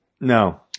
No